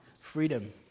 freedom